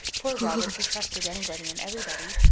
poor robert, who trusted anybody and everybody,